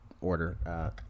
order